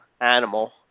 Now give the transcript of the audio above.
animal